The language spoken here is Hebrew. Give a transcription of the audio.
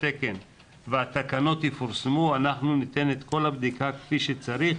התקן והתקנות יפורסמו אנחנו ניתן את כל הבדיקה כפי שצריך,